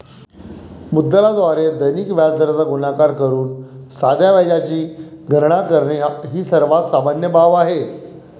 मुद्दलाद्वारे दैनिक व्याजदराचा गुणाकार करून साध्या व्याजाची गणना करणे ही सर्वात सामान्य बाब आहे